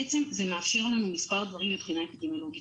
בעצם זה מאפשר לנו מספר דברים מבחינה אפידמיולוגית.